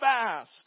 fast